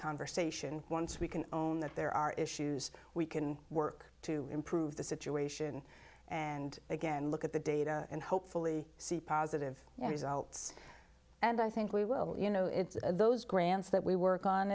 conversation once we can own that there are issues we can work to improve the situation and again look at the data and hopefully see positive results and i think we will you know it's those grants that we work